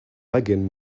wagon